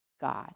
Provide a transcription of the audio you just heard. God